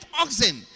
oxen